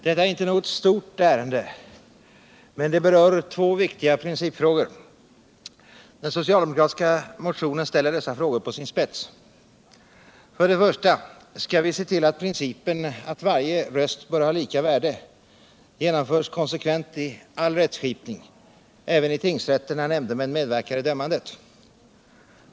Herr talman! Detta är inte något stort ärende, men det berör två viktiga principfrågor. Den socialdemokratiska motionen ställer dessa frågor på sin spets. För det första: Skall vi se till att principen att varje röst bör ha lika värde genomförs konsekvent i all rättskipning, även i tingsrätter när nämndemän medverkar i dömandet?